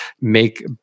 make